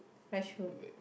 fresh food